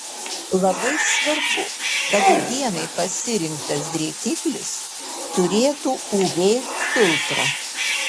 labai svarbu kad dienai pasirinktas drėkiklis turėtų uv filtrą